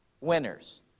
winners